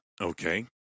Okay